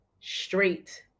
straight